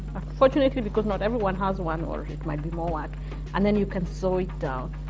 unfortunately because not everyone has one or it might be more work and then you can sew it down.